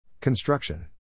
Construction